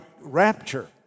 rapture